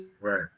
Right